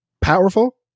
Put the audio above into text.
Powerful